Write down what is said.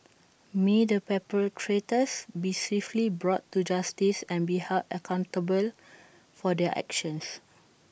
may the perpetrators be swiftly brought to justice and be held accountable for their actions